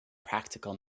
practical